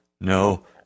No